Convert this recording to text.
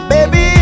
Baby